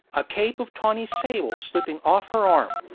a cape of tawny sable slipping off her arm,